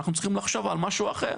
אנחנו צריכים לחשוב על משהו אחר,